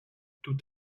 tout